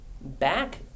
back